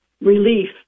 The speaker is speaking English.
relief